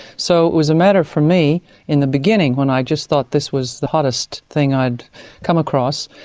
so it was a matter for me in the beginning, when i just thought this was the hottest thing i'd come across,